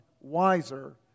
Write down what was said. wiser